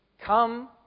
Come